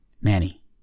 Manny